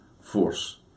force